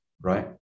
Right